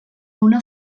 una